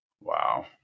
Wow